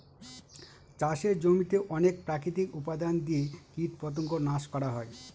চাষের জমিতে অনেক প্রাকৃতিক উপাদান দিয়ে কীটপতঙ্গ নাশ করা হয়